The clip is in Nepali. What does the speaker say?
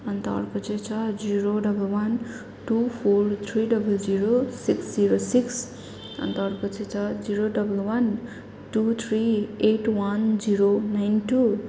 अन्त अर्को चाहिँ छ zero double one two four three double zero six zero six अन्त अर्को चाहिँ छ zero double one two three eight one zero nine two